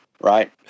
right